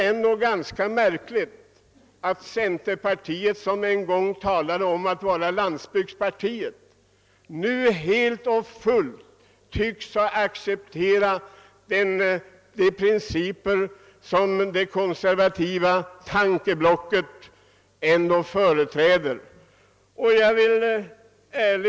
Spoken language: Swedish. Det är ganska märkligt att centerpartiet, som en gång talade om att det var landsbygdspartiet, nu helt och fullt tycks ha accepterat de principer som det konservativa blocket företräder.